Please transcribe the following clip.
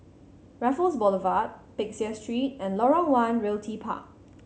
Raffles Boulevard Peck Seah Street and Lorong One Realty Park